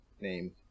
name